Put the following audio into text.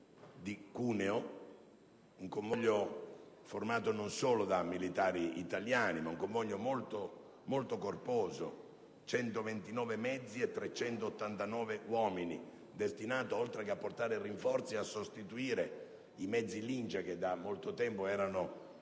di Cuneo. Questo convoglio, formato non solo da militari italiani ma molto corposo (129 mezzi e 389 uomini) e destinato, oltre che a portare rinforzi, a sostituire i mezzi Lince che da molto tempo erano